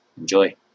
Enjoy